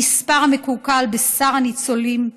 המספר המקועקע על בשר הניצולים,